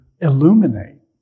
illuminate